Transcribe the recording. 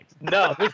No